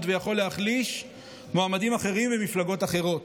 ויכול להחליש מועמדים אחרים ומפלגות אחרות.